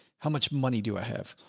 how much money do i have?